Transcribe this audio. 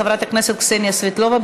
חברת הכנסת קסניה סבטלובה,